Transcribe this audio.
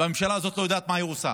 והממשלה הזאת לא יודעת מה היא עושה